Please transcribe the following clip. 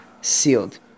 sealed